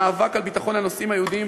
המאבק על ביטחון הנוסעים היהודים